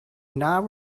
not